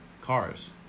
cars